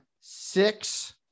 six